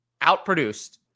outproduced